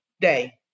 day